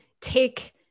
take